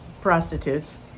prostitutes